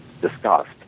discussed